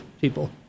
people